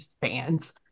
fans